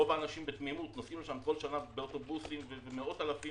רוב האנשים נוסעים לשם כל שנה באוטובוסים ומאות אלפים